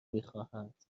میخواهند